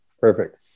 Perfect